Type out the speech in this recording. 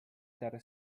terre